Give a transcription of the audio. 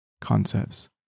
concepts